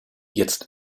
jetzt